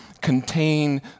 contain